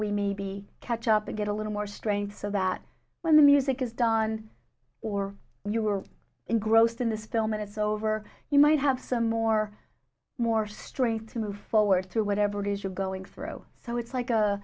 we may be catch up to get a little more strength so that when the music is done or you were engrossed in this film and it's over you might have some more more strength to move forward through whatever it is you're going through so it's like a